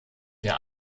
der